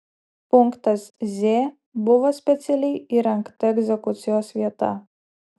punktas z buvo specialiai įrengta egzekucijos vieta